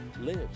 lives